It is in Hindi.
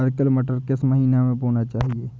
अर्किल मटर किस महीना में बोना चाहिए?